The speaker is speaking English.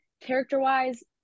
character-wise